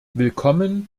willkommen